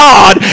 God